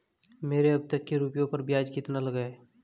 मेरे अब तक के रुपयों पर ब्याज कितना लगा है?